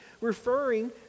referring